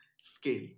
scale